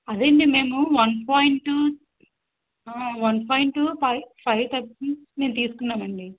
అదే అండి మేము one point one point two పై ఫై తగ్గుతుందని మేము తీసుకున్నామండి